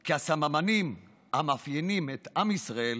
כי הסממנים המאפיינים את עם ישראל